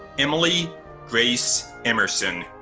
emily grace emerson.